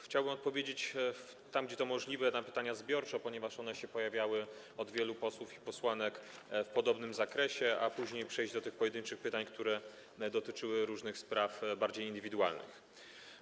Chciałbym odpowiedzieć, tam gdzie to możliwe, na pytania zbiorczo, ponieważ one się pojawiały w wypowiedziach wielu posłów i posłanek w podobnym zakresie, a później przejść do tych pojedynczych pytań, które dotyczyły różnych bardziej indywidualnych spraw.